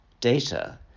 data